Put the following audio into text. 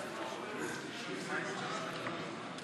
פרי לסעיף 2 לא נתקבלה.